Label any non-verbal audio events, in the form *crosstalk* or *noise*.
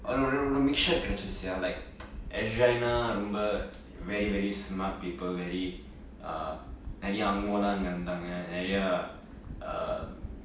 அதுல ஒறு ஒறு:athula oru oru mixture கடச்சிருச்சு:kadachiruchu like S_J_I ரொம்ப:romba *noise* very very smart people very uh நிரைய:niraya ang moh அங்க இருந்தாங்க நிரைய:anga irunthaanga niraya um